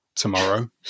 Tomorrow